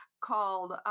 called